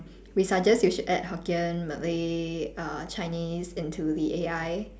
we suggest you should add hokkien malay err chinese into the A_I